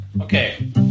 Okay